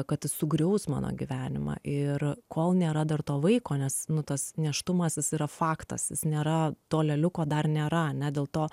kad jis sugriaus mano gyvenimą ir kol nėra dar to vaiko nes nu tas nėštumas jis yra faktas jis nėra to lėliuko dar nėra ane dėl to